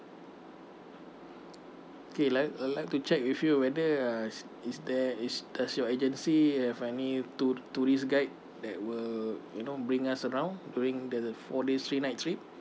okay like uh like to check with you whether uh is there is does your agency have any to tour~ tourist guide that will you know bring us around during the four days three nights trip